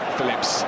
Phillips